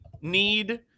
need